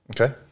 Okay